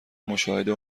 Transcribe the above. مشاهده